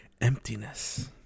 emptiness